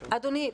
אדוני,